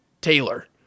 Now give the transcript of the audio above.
Taylor